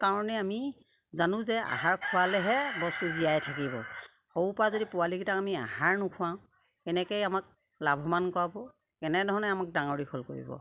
কাৰণে আমি জানো যে আহাৰ খোৱালেহে বস্তু জীয়াই থাকিব সৰুপা যদি পোৱালিকেইটাক আমি আহাৰ নোখোৱাও কেনেকেই আমাক লাভৱান কৰাব কেনেধৰণে আমাক ডাঙৰ দীঘল কৰিব